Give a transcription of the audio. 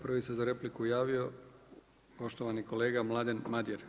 Prvi se za repliku javio, poštovani kolega Mladen Madjer.